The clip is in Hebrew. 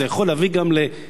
זה יכול להביא גם לקשר,